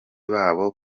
babo